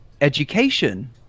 education